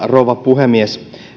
rouva puhemies